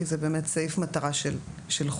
כי זה באמת סעיף מטרה של חוק.